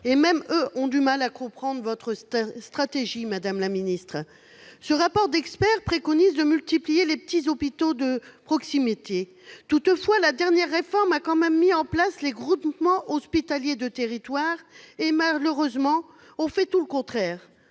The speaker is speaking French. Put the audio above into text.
instance a du mal à comprendre votre stratégie, madame la ministre ! Le rapport d'experts préconise de multiplier les petits hôpitaux de proximité. Toutefois, la dernière réforme a mis en place les groupements hospitaliers de territoire. Malheureusement, on fait tout le contraire,